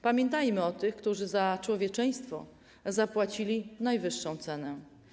Pamiętajmy o tych, którzy za człowieczeństwo zapłacili najwyższą cenę.